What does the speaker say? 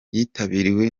yitabiriwe